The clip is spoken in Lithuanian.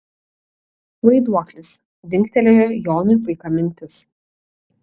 vaiduoklis dingtelėjo jonui paika mintis